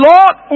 Lord